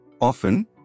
Often